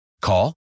Call